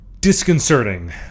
disconcerting